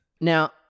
Now